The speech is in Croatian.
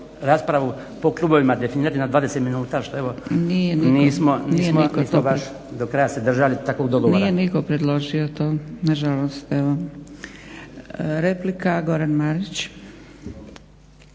raspravu po klubovima definirati na 20 minuta što evo nismo baš do kraja se držali takvog dogovora. **Zgrebec, Dragica (SDP)** Nije nitko predložio to, nažalost evo. Replika Goran Marić.